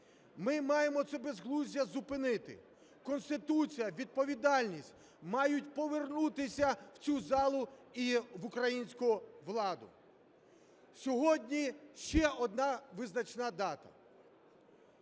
Ми маємо це безглуздя зупинити, конституція, відповідальність мають повернутися в цю залу і в українську владу. Сьогодні ще одна визначна дата.